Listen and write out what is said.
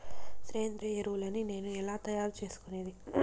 సేంద్రియ ఎరువులని నేను ఎలా తయారు చేసుకునేది?